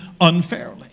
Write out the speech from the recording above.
unfairly